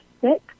sick